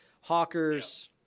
Hawkers